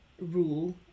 rule